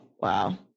Wow